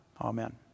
Amen